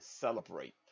celebrate